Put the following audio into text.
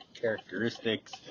characteristics